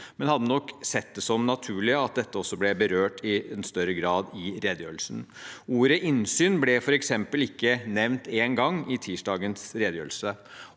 jeg hadde nok sett det som naturlig at dette også ble berørt i større grad i redegjørelsen. Ordet innsyn ble f.eks. ikke nevnt én gang i tirsdagens redegjørelse.